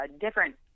different